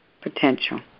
potential